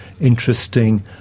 interesting